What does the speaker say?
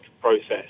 process